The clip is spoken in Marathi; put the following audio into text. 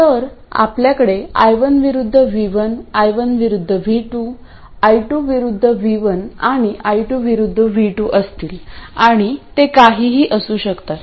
तर आपल्याकडे I1 विरुद्ध V1 I1 विरुद्ध V2 I2 विरुद्ध V1 आणि I2 विरूद्ध V2 असतील आणि ते काहीही असू शकतात